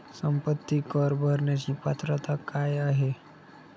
संपत्ती कर भरण्याची पात्रता काय आहे?